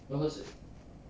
我要喝水